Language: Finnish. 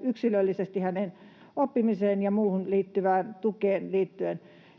yksilöllisesti hänen oppimiseen ja muuhun tukeen liittyen,